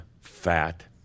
fat